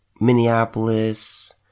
Minneapolis